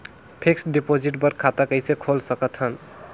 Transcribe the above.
Fixed deposit बर खाता कइसे खोल सकत हन?